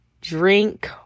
drink